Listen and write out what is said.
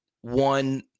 one